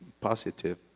positive